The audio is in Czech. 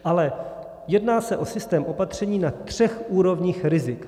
Ale jedná se o systém opatření na třech úrovních rizik.